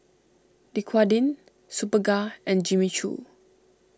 Dequadin Superga and Jimmy Choo